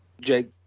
jake